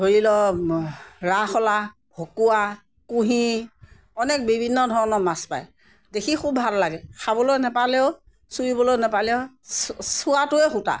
ধৰি লওক ৰাসলা ভকুৱা কুঁহি অনেক বিভিন্ন ধৰণৰ মাছ পায় দেখি খুব ভাল লাগে খাবলৈ নাপালেও চুইলৈ নাপালেও চোৱাটোৱে সূতা